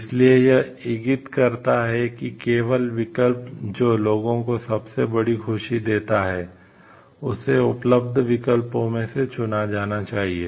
इसलिए यह इंगित करता है कि केवल विकल्प जो लोगों को सबसे बड़ी खुशी देता है उसे उपलब्ध विकल्पों में से चुना जाना चाहिए